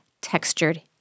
textured